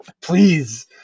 please